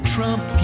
Trump